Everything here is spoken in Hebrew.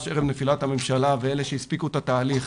נפילת הממשלה ואלה שהספיקו את התהליך